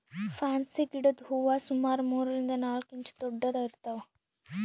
fancy ಗಿಡದ್ ಹೂವಾ ಸುಮಾರ್ ಮೂರರಿಂದ್ ನಾಲ್ಕ್ ಇಂಚ್ ದೊಡ್ಡದ್ ಇರ್ತವ್